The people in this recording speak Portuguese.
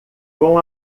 com